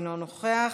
אינו נוכח,